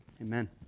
Amen